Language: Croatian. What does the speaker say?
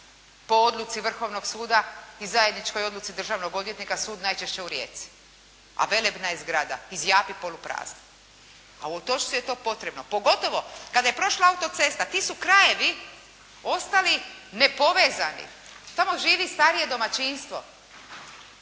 po odluci Vrhovnog suda i zajedničkoj odluku državnog odvjetnika, sud najčešće u Rijeci, a velebna je zgrada i zjapi poluprazna. A u Otočcu je to potrebno, pogotovo kada je prošla autocesta, ti su krajevi ostali nepovezani. Tamo živi starije domaćinstvo,